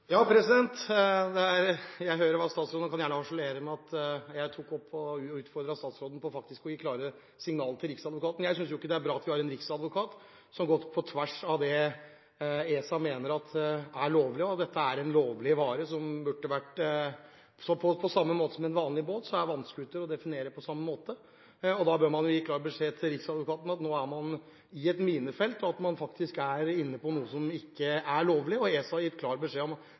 Ja, jeg hører hva statsråden sier, og han kan gjerne harselere med at jeg utfordret statsråden på å gi klare signaler til Riksadvokaten. Jeg synes ikke det er bra at vi har en Riksadvokat som går på tvers av det ESA mener er lovlig, og dette er en lovlig vare. På samme måte som en vanlig båt, er vannscooter å definere på samme måten. Da bør man gi klar beskjed til Riksadvokaten om at nå er man i et minefelt, og at man faktisk er inne på noe som ikke er lovlig. ESA har gitt klar beskjed om